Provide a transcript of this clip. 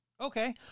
Okay